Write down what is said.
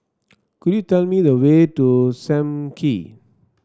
could you tell me the way to Sam Kee